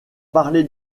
parler